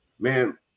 man